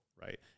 right